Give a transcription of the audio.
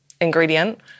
ingredient